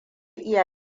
iya